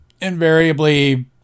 invariably